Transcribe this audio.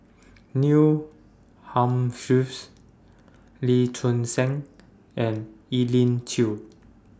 Neil Lee Choon Seng and Elim Chew